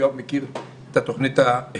יואב מכיר את התוכנית היטב,